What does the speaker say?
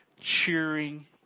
Cheering